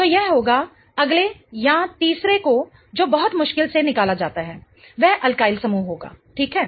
तो यह होगा अगले या तीसरे को जो बहुत मुश्किल से निकाला जाता है वह अल्किल समूह होगा ठीक है